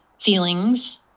feelings